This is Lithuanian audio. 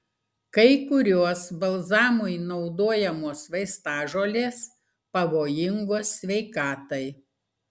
kai kurios balzamui naudojamos vaistažolės pavojingos sveikatai